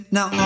Now